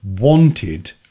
wanted